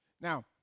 Now